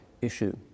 issue